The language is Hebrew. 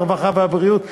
הרווחה והבריאות,